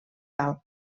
dalt